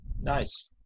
Nice